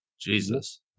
Jesus